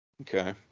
Okay